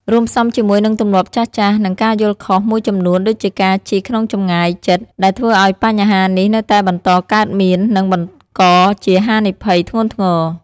រួមផ្សំជាមួយនឹងទម្លាប់ចាស់ៗ និងការយល់ខុសមួយចំនួនដូចជាការជិះក្នុងចម្ងាយជិត ដែលធ្វើឱ្យបញ្ហានេះនៅតែបន្តកើតមាន និងបង្កជាហានិភ័យធ្ងន់ធ្ងរ។